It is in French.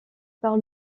par